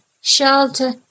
shelter